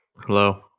hello